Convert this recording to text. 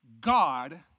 God